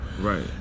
Right